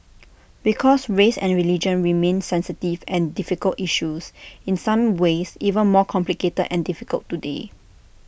because race and religion remain sensitive and difficult issues in some ways even more complicated and difficult today